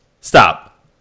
Stop